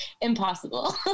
Impossible